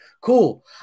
cool